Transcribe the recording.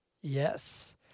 Yes